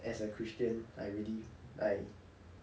as a christian I already I